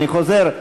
אני חוזר,